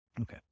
Okay